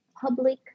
public